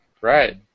Right